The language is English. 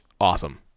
awesome